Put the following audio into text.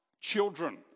children